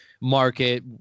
market